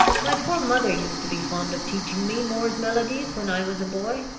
my poor mother used to be fond of teaching me moore's melodies when i was a boy.